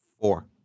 Four